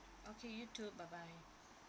okay you two bye bye